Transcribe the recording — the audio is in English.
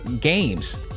games